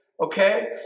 Okay